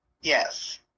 Yes